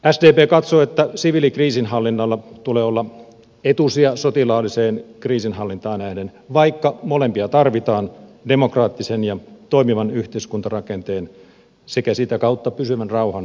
sdp katsoo että siviilikriisinhallinnalla tulee olla etusija sotilaalliseen kriisinhallintaan nähden vaikka molempia tarvitaan demokraattisen ja toimivan yhteiskuntarakenteen sekä sitä kautta pysyvän rauhan luomisessa